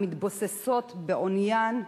המתבוססות בעוניין ובעינוין.